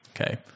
Okay